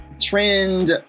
trend